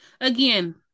Again